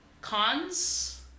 cons